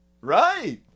Right